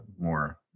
more